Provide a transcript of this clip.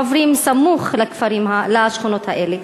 עוברים סמוך לשכונות האלה.